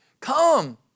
Come